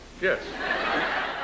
yes